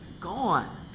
Gone